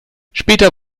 später